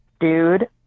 Dude